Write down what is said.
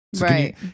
Right